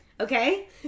Okay